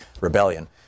rebellion